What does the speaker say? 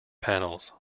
panels